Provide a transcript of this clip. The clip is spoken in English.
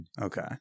Okay